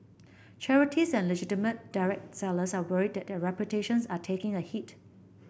charities and legitimate direct sellers are worried that their reputations are taking a hit